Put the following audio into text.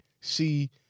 see